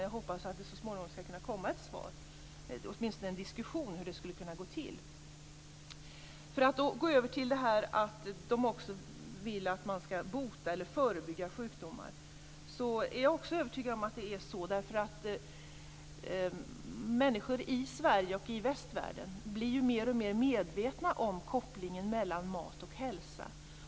Jag hoppas att det så småningom blir åtminstone en diskussion om hur det skulle kunna gå till. För att gå över till detta med att man vill att livsmedel också skall bota och förebygga sjukdomar är jag övertygad om att det är så, därför att människor i Sverige och övriga västvärlden blir mer och mer medvetna om kopplingen mellan mat och hälsa.